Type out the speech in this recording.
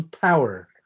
power